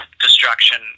destruction